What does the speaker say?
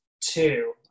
two